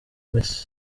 mesi